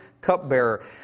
cupbearer